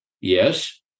Yes